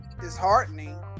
disheartening